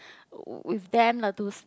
with them lah to